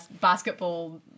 basketball